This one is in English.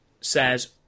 says